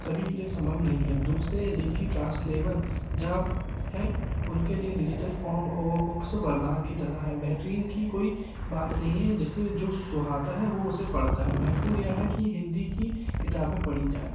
सभी के लिए सम्भव नहीं है दूसरे जिनकी ट्रांसलेवल जॉब है उनके लिए डिजिटल फॉम वह वा बुक्स वरदान की तरह है बेहतरीन की कोई बात नई है जिसे जो सुहाता है वह उसे पढ़ता है महत्वपूर्ण यह है कि हिन्दी की किताबें पढ़ी जाए